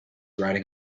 riding